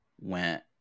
went